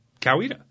Coweta